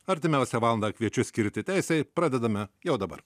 artimiausią valandą kviečiu skirti teisei pradedame jau dabar